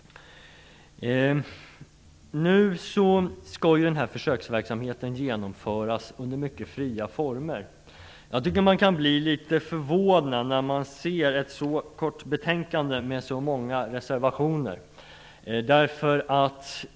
Nu skall den här försöksverksamheten genomföras under mycket fria former. Jag tycker att man blir litet förvånad när man ser ett så kort betänkande med så många reservationer.